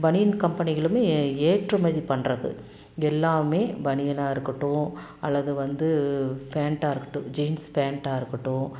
பனியன் கம்பெனிகளுமே ஏற்றுமதி பண்ணுறது எல்லாமே பனியனாக இருக்கட்டும் அல்லது வந்து பேன்ட்டாக இருக்கட்டும் ஜீன்ஸ் பேன்ட்டாக இருக்கட்டும்